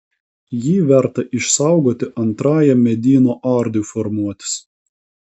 jį verta išsaugoti antrajam medyno ardui formuotis